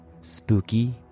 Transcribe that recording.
Spooky